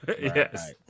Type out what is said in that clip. Yes